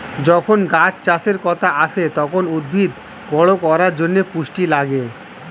যখন গাছ চাষের কথা আসে, তখন উদ্ভিদ বড় করার জন্যে পুষ্টি লাগে